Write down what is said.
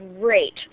great